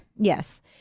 Yes